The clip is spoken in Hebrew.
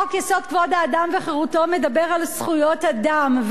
חוק-יסוד: כבוד האדם וחירותו מדבר על זכויות אדם,